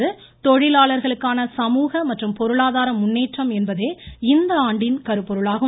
தொழிலாளர்களுக்கான சமூக மற்றும் பொருளாதார முன்னேற்றம் என்பதே இந்தாண்டின் கருப்பொருளாகும்